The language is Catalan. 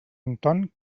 anton